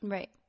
Right